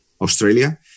Australia